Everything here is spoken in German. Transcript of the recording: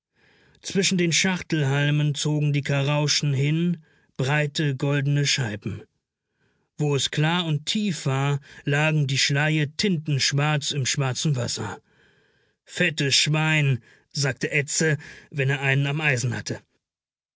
zwischen den schachtelhalmen zogen die karauschen hin breite goldene scheiben wo es klar und tief war lagen die schleie tintenschwarz im schwarzen wasser fettes schwein sagte edse wenn er einen am eisen hatte